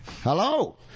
Hello